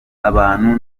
abantu